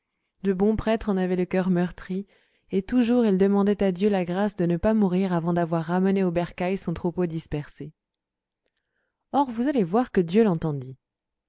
le bon prêtre en avait le cœur meurtri et toujours il demandait à dieu la grâce de ne pas mourir avant d'avoir ramené au bercail son troupeau dispersé or vous allez voir que dieu l'entendit